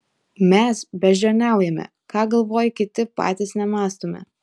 mes beždžioniaujame ką galvoja kiti patys nemąstome